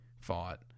fought